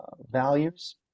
values